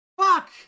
Fuck